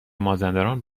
مازندران